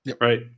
Right